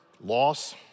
loss